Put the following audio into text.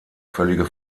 völlige